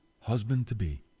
husband-to-be